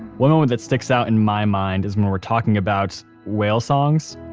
one moment that sticks out and my mind is when we're talking about whale songs.